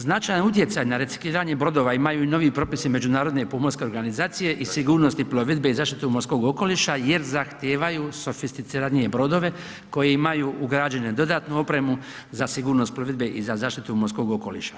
Značajan utjecaj na reciklirane brodova imaju i novi propisi Međunarodne i pomorske organizacije i sigurnosti plovidbe i zaštite morskog okoliša jer zahtjevaju sofisticiranije brodove koji imaju ugrađenu dodatnu opremu za sigurnost plovidbe i za zaštitu morskog okoliša.